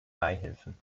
beihilfen